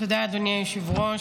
תודה, אדוני היושב-ראש.